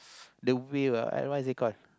the wheel uh what is it called